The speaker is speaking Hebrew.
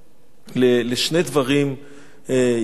לשני דברים עיקריים.